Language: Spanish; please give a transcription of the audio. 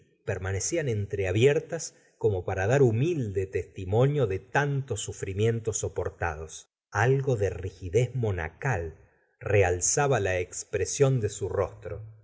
permanecían entreabiertas como para dar humilde testimonio de tantos sufrimientos soportados algo de rigidez monacal realzaba la expresión de su rostro ni